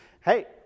hey